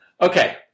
Okay